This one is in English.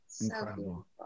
incredible